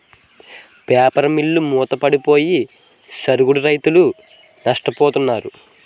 paper మిల్లులు మూతపడిపోయి సరుగుడు రైతులు నష్టపోతున్నారు